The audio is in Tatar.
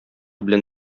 белән